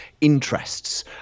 interests